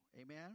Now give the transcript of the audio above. Amen